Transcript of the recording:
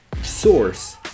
source